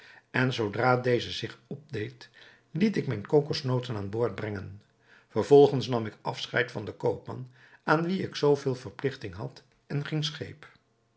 en zoodra deze zich opdeed liet ik mijne kokosnoten aan boord brengen vervolgens nam ik afscheid van den koopman aan wien ik zoo veel verpligting had en ging scheep